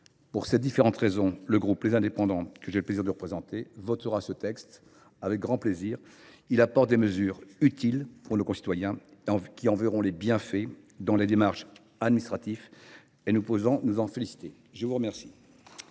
Pour ces différentes raisons, le groupe Les Indépendants, que j’ai le plaisir de représenter, votera en sa faveur. Il apporte des mesures utiles pour nos concitoyens, qui en verront les bienfaits dans leurs démarches administratives : nous pouvons nous en féliciter ! La parole